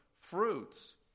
fruits